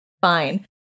fine